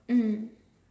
mm